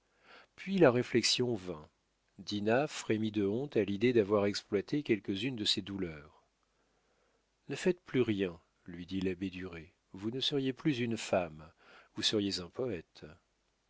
puis la réflexion vint dinah frémit de honte à l'idée d'avoir exploité quelques-unes de ses douleurs ne faites plus rien lui dit l'abbé duret vous ne seriez plus une femme vous seriez un poète